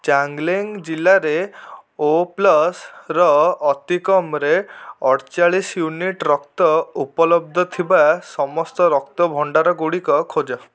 ଚାଙ୍ଗ୍ଲେଙ୍ଗ ଜିଲ୍ଲାରେ ଓ ପ୍ଲସ୍ର ଅତିକମ୍ରେ ଅଡ଼ଚାଳିଶ ୟୁନିଟ୍ ରକ୍ତ ଉପଲବ୍ଧ ଥିବା ସମସ୍ତ ରକ୍ତଭଣ୍ଡାର ଗୁଡ଼ିକ ଖୋଜ